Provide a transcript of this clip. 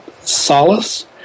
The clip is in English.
solace